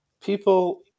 people